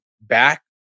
back